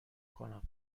کنم